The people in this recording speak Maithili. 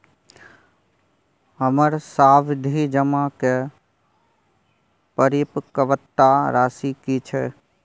हमर सावधि जमा के परिपक्वता राशि की छै?